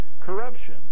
corruption